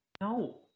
No